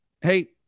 Hey